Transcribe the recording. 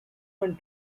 one